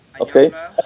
Okay